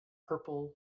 purple